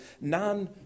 none